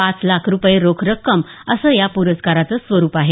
पाच लाख रूपये रोख रक्कम असं या प्रस्काराचं स्वरूप आहे